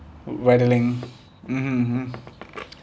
rattling mmhmm mmhmm